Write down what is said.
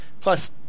Plus